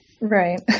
Right